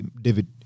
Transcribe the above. David